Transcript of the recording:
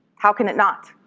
how can it not?